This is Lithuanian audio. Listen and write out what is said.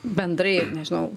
bendrai nežinau